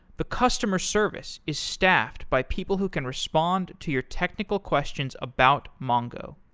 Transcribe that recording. the customer service is staffed by people who can respond to your technical questions about mongo.